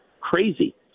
Crazy